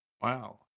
Wow